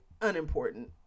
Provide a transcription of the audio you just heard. Unimportant